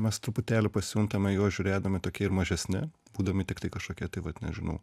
mes truputėlį pasijuntame į juos žiūrėdami tokie ir mažesni būdami tiktai kažkokie tai vat nežinau